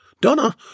Donna